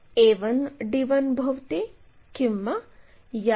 आणि या बिंदूला R असे म्हणू